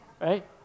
Right